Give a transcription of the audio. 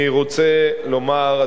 אני רוצה לומר,